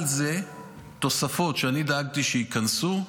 על זה היו תוספות שאני דאגתי שייכנסו,